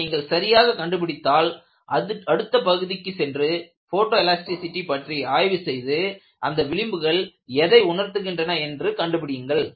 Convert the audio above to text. இதை நீங்கள் சரியாக கண்டுபிடித்தால் அடுத்த பகுதிக்கு சென்று போட்டோ எலாஸ்டிசிடி பற்றி ஆய்வு செய்து அந்த விளிம்புகள் எதை உணர்த்துகின்றன என்று கண்டுபிடியுங்கள்